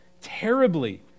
terribly